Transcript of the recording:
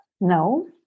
No